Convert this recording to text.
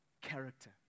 character